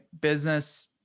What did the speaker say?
business